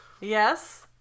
Yes